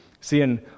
seeing